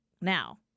Now